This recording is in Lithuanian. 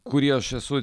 kurį aš esu